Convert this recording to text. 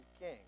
king